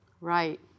Right